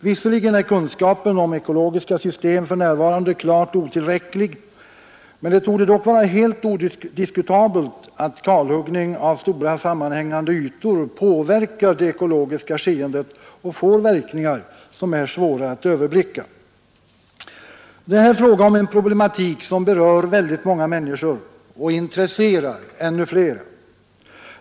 Visserligen är kunskapen om ekologiska system för närvarande klart otillräcklig, men det torde dock vara helt odiskutabelt att kalhuggning av stora sammanhängande ytor påverkar det ekologiska skeendet och får följder som är svåra att överblicka. Det är här fråga om en problematik, som berör väldigt många människor och intresserar ännu flera.